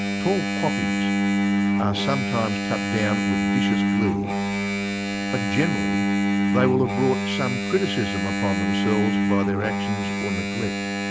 tall poppies are sometimes cut down with vicious glee but generally they will have brought some criticism upon themselves by their actions or neglect.